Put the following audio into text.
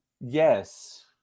Yes